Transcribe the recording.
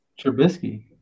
Trubisky